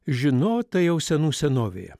žinota jau senų senovėje